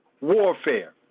warfare